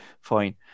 fine